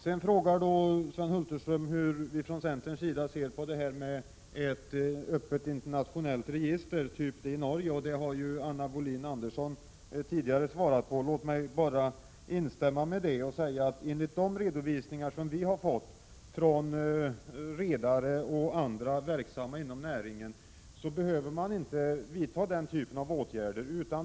Vidare frågar Sven Hulterström hur vi från centerns sida ser på ett öppet internationellt register, av den typ som man har i Norge, och det har Anna Wohlin-Andersson tidigare svarat på. Låt mig bara instämma med henne och säga att enligt de redovisningar som vi har fått från redare och andra inom näringen verksamma behöver man inte vidta den typen av åtgärder.